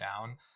down